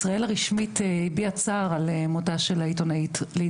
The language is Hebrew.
ישראל הרשמית הביעה צער על מותה של העיתונאית שירין אבו עאקלה,